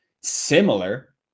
similar